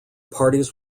parties